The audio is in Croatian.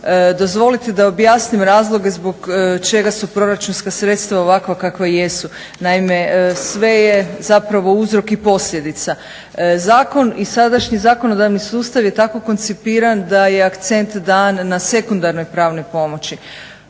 Dozvolite da objasnim razloge zbog čega su proračunska sredstva ovakva kakva jesu. Naime, sve je zapravo uzrok i posljedica. Zakon i sadašnji zakonodavni sustav je tako koncipiran da je akcent dan na sekundarnoj pravnoj pomoći.